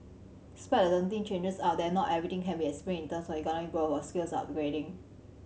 despite the daunting changes out there not everything can be explained in terms of economic growth or skills upgrading